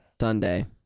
Sunday